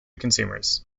customers